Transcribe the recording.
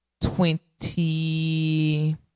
twenty